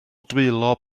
dwylo